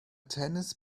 tennis